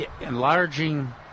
enlarging